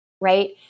right